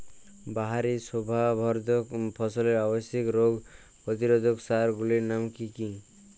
বাহারী শোভাবর্ধক ফসলের আবশ্যিক রোগ প্রতিরোধক সার গুলির নাম কি কি?